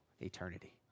eternity